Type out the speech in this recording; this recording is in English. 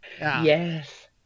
Yes